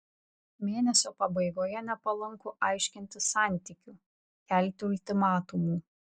mėnesio pabaigoje nepalanku aiškintis santykių kelti ultimatumų